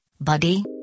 buddy